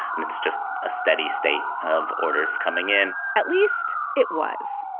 and it's just a steady state of orders coming in at least it was.